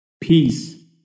Peace